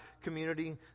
community